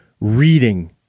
reading